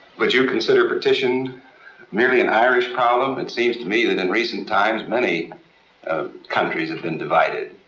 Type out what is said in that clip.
but you consider partition merely an irish problem? it seems to me that in recent times many countries have been divided,